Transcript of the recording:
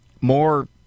more